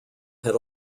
had